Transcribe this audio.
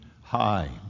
high